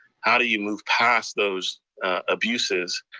how do you move past those abuses?